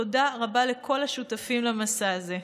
תודה רבה לכל השותפים למסע הזה.